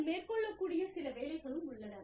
நீங்கள் மேற்கொள்ளக்கூடிய சில வேலைகளும் உள்ளன